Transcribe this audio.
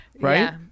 right